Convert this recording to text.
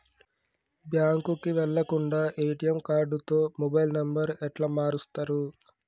బ్యాంకుకి వెళ్లకుండా ఎ.టి.ఎమ్ కార్డుతో మొబైల్ నంబర్ ఎట్ల మారుస్తరు?